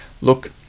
Look